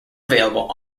available